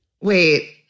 Wait